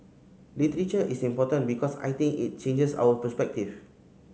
literature is important because I think it changes our perspective